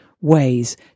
ways